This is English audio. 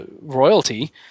royalty